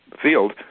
field